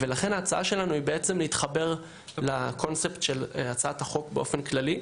לכן ההצעה שלנו היא להתחבר לקונספט של הצעת החוק באופן כללי,